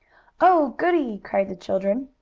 oh, goodie! cried the children.